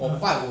ya